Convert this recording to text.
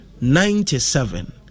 ninety-seven